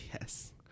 Yes